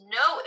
no